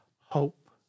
hope